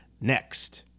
next